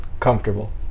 comfortable